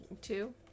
two